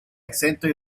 exento